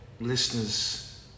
Listeners